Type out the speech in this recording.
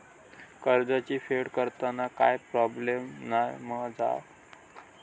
कर्जाची फेड करताना काय प्रोब्लेम नाय मा जा?